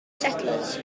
settlers